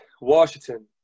Washington